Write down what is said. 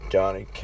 Johnny